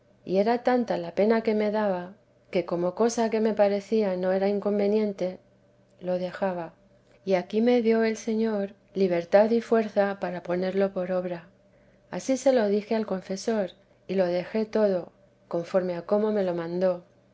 y era tanta la pena que me daba que como cosa que me parecía no era inconveniente lo dejaba y aquí me dio el señor libertad y fuerza para ponerlo por obra ansí se lo dije al confesor y lo dejé todo conforme a como me lo mandó